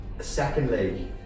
Secondly